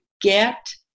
get